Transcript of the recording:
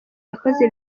yakoze